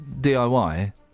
DIY